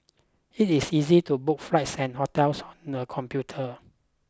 it is easy to book flights and hotels on the computer